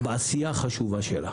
בעשייה החשובה שלה,